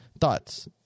Thoughts